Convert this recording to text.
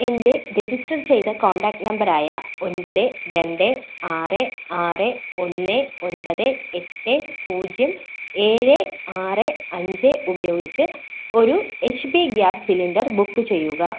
എൻ്റെ രജിസ്റ്റർ ചെയ്ത contact number ആയ ഒൻപത് രണ്ട് ആറ് ആറ് ഒന്ന് ഒൻപത് എട്ട് പൂജ്യം ഏഴ് ആറ് അഞ്ച് ഉപയോഗിച്ച് ഒരു H P gas cylinder book ചെയ്യുക